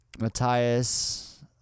Matthias